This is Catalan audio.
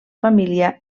família